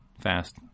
fast